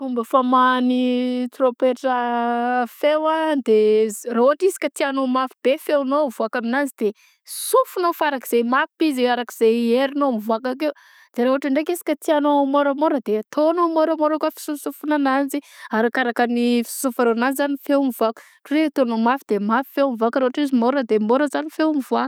Fomba famoahan'ny trômpetra feo a de ra ôhatra izy ka tianao ho mafy be feonao mivaoka aminanzy de sofinao farakzay mafy izy arakzay herinao mvoaka akeo de ôhatra ndraiky izy ka tianao môramôra de ataonao môramôra kô fiso- sofagna ananjy; arakaraka ny fisofagna ananzy zany ny feo mivaoka ôhatra hoe ataonao mafy de mafy feo mivaoka ra ôhatra izy môra de môra zany feo mivaoaka.